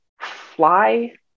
fly